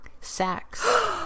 Sex